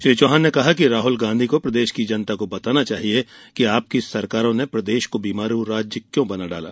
श्री चौहान ने कहा कि राहुल गांधी को प्रदेश की जनता को बेताना चाहिए कि आपकी सरकारों ने प्रदेश को बीमारू राज्य क्यों बना डाला